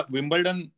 Wimbledon